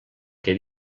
que